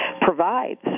provides